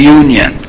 union